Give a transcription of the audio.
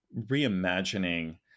reimagining